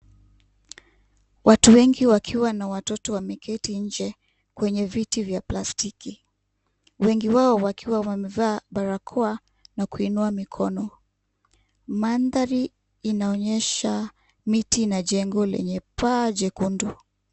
Watu wengi wakiwa na watoto wameketi nje kwenye viti vya plastiki wengi wao wakiwa wamevaa barakoa na kuinua mikono, mandhari inaonyesha miti na jengo lenye paa jekundu.